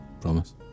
Promise